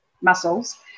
muscles